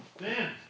Man